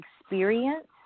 experience